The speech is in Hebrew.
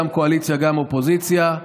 גם בקואליציה וגם באופוזיציה.